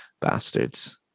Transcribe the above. Bastards